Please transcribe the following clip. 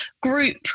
group